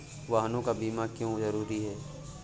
वाहनों का बीमा क्यो जरूरी है?